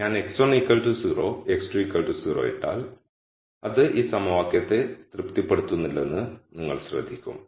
ഞാൻ x1 0 x2 0 ഇട്ടാൽ അത് ഈ സമവാക്യത്തെ തൃപ്തിപ്പെടുത്തുന്നില്ലെന്ന് നിങ്ങൾ ശ്രദ്ധിക്കും